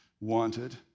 wanted